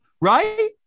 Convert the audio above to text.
right